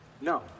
No